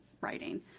writing